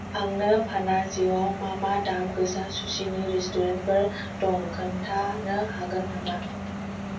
आंनो पानाजियाव मा मा दाम गोसा सुशिनि रेस्तुरेन्तफोर दं खोनथानो हागोन नामा